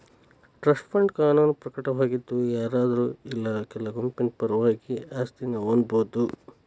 trust fund ಕಾನೂನು ಘಟಕವಾಗಿದ್ ಯಾರಾದ್ರು ಇಲ್ಲಾ ಕೆಲ ಗುಂಪಿನ ಪರವಾಗಿ ಆಸ್ತಿನ ಹೊಂದಬೋದು